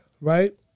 right